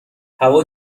هوا